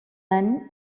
any